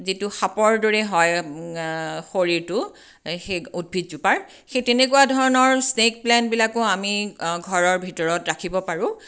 যিটো সাপৰ দৰে হয় শৰীৰটো সেই উদ্ভিদজোপাৰ সেই তেনেকুৱা ধৰণৰ স্নেক প্লেণ্টবিলাকো আমি ঘৰৰ ভিতৰত ৰাখিব পাৰোঁ